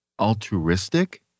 altruistic